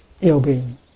ill-being